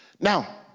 Now